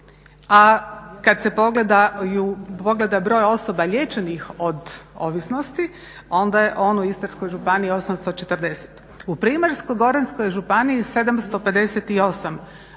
a kad se pogleda broj osoba liječenih od ovisnosti onda je on u Istarskoj županiji 840. U Primorsko-goranskoj županiji 758,